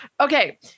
Okay